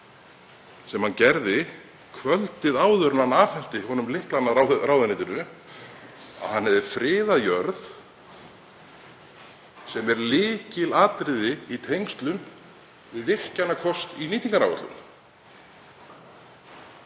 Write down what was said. sem hann gerði kvöldið áður en hann afhenti honum lyklana að ráðuneytinu, að hann hefði friðað jörð sem er lykilatriði í tengslum við virkjunarkost í nýtingaráætlun.